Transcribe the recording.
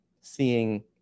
seeing